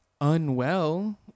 unwell